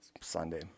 Sunday